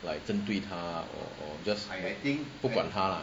like 针对他 or or just 不管他 lah